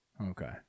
Okay